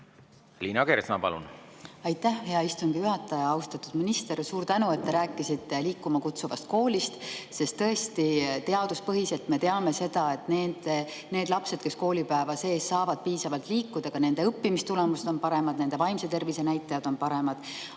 ennetame suitsiide? Aitäh, hea istungi juhataja! Austatud minister! Suur tänu, et te rääkisite Liikuma Kutsuvast Koolist! Sest tõesti, teaduspõhiselt me teame seda, et nende laste puhul, kes koolipäeva sees saavad piisavalt liikuda, on õppimistulemused paremad, nende vaimse tervise näitajad on paremad.